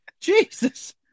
Jesus